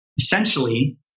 essentially